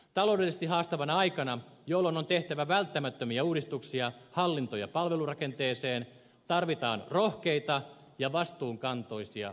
taloudellisesti haastavana aikana jolloin on tehtävä välttämättömiä uudistuksia hallinto ja palvelurakenteeseen tarvitaan rohkeita ja vastuuntuntoisia kuntapolitiikkoja